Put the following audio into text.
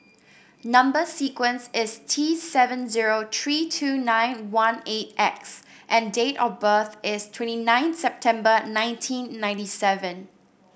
number sequence is T seven zero three two nine one eight X and date of birth is twenty nine September nineteen ninety seven